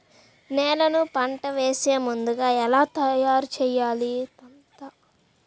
నేలను పంట వేసే ముందుగా ఎలా తయారుచేయాలి?